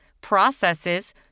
processes